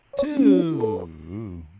Two